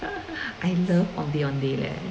eh I love ondeh ondeh leh